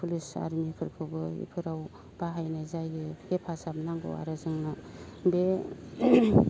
police आरमिफोरखौबो इफोराव बाहायनाय जायो हेफाजाब नांगौ आरो जोंनो बे